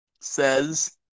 says